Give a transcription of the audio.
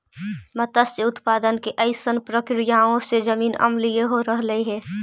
मत्स्य उत्पादन के अइसन प्रक्रियाओं से जमीन अम्लीय हो रहलई हे